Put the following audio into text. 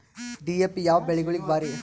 DAP ಯಾವ ಬೆಳಿಗೊಳಿಗ ಭಾರಿ?